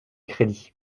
crédits